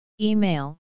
Email